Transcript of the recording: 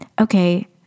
okay